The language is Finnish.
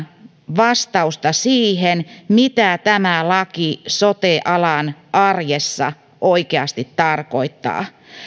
vastausta siihen mitä tämä laki sote alan arjessa oikeasti tarkoittaa